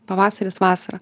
pavasaris vasara